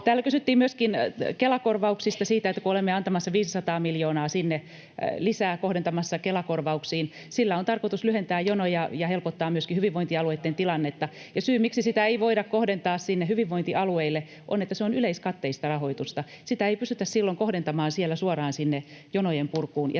Täällä kysyttiin myöskin Kela-korvauksista, siitä, että olemme antamassa 500 miljoonaa sinne lisää, kohdentamassa Kela-korvauksiin. Sillä on tarkoitus lyhentää jonoja ja helpottaa myöskin hyvinvointialueitten tilannetta. [Annika Saarikon välihuuto] Ja syy, miksi sitä ei voida kohdentaa sinne hyvinvointialueille, on se, että se on yleiskatteista rahoitusta. Sitä ei pystytä silloin kohdentamaan siellä suoraan jonojen purkuun,